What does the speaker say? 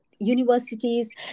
universities